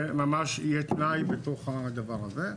זה ממש יהיה תנאי בתוך הדבר הזה,